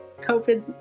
COVID